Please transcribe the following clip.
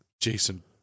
Jason